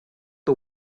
for